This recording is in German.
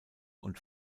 und